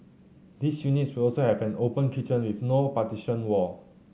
these units will also have an open kitchen with no partition wall